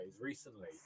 recently